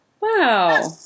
Wow